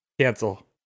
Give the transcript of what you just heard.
Cancel